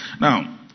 Now